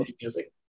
music